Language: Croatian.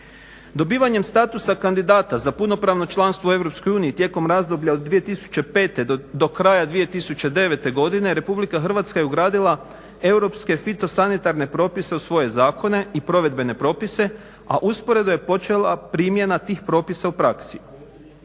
Dobivanjem statusa kandidata za punopravno članstvo u EU tijekom razdoblja od 2005. do kraja 2009. godine RH je ugradila europske fitosanitarne propise u svoje zakone i provedbene propise, a usporedo je počela primjena tih propisa u praksi.